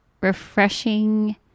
refreshing